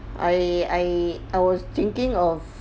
I I I was thinking of